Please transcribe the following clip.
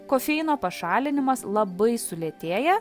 kofeino pašalinimas labai sulėtėja